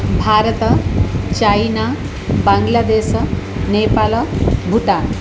भारत चैन बाङ्ग्लदेश नेपाल बुटान्